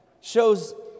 shows